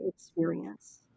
experience